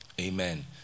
Amen